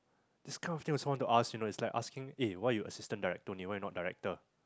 this kind of thing also want to ask you know is like asking ah why you assistant director only why not director